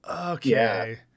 okay